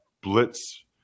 blitz